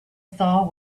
saw